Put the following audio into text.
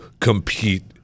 compete